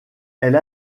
elle